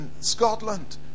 Scotland